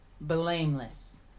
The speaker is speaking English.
blameless